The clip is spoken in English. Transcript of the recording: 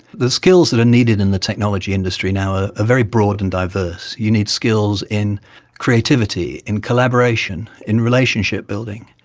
the skills that are needed in the technology industry now are ah very broad and diverse. you need skills in creativity, in collaboration, in relationship building,